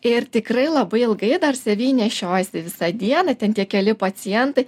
ir tikrai labai ilgai dar savy nešiojasi visą dieną ten tie keli pacientai